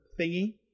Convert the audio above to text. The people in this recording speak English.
thingy